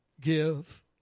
give